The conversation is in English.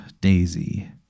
Daisy